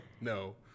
No